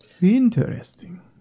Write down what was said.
interesting